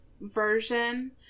version